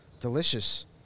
delicious